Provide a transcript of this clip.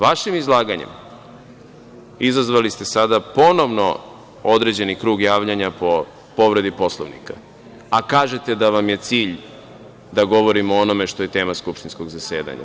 Vašim izlaganjem izazvali ste sada ponovno određeni krug javljanja po povredi Poslovnika, a kažete da vam je cilj da govorimo o onome što je tema skupštinskog zasedanja.